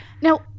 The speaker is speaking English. Now